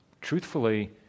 Truthfully